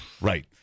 right